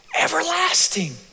everlasting